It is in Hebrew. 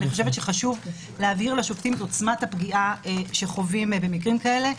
אני חושבת שחשוב להבהיר לשופטים את עוצמת הפגיעה שחווים במקרים כאלה.